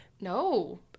No